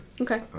okay